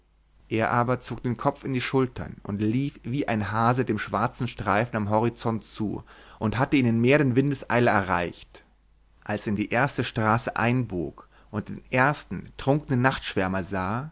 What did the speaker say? er aber zog den kopf in die schultern und lief wie ein hase dem schwarzen streifen am horizont zu und hatte ihn in mehr denn windeseile erreicht als er in die erste straße einbog und den ersten trunkenen nachtschwärmer sah